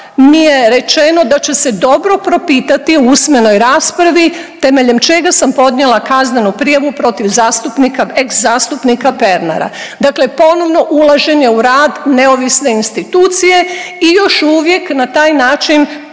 mi je rečeno da će se dobro propitati u usmenoj raspravi temeljem čega sam podnijela kaznenu prijavu protiv zastupnika, ex zastupnika Pernara. Dakle, ponovno ulaženje u rad neovisne institucije i još uvijek na taj način